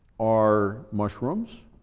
are mushrooms,